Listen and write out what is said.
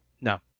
No